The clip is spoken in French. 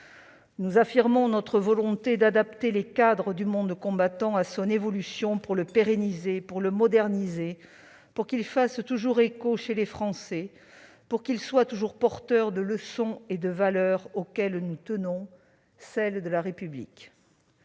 Nous affirmons notre volonté d'adapter les cadres du monde combattant à son évolution pour le pérenniser, pour le moderniser, pour qu'il fasse toujours écho chez les Français, pour qu'il soit toujours porteur des leçons et des valeurs auxquelles nous tenons : celles de la République.